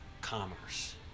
commerce